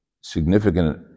significant